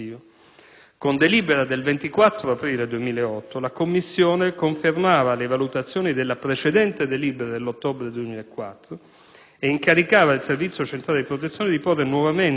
Con delibera del 24 aprile 2008 la commissione confermava le valutazioni della precedente delibera dell'ottobre 2004 e incaricava il Servizio centrale di protezione di porre nuovamente